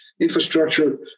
infrastructure